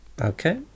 Okay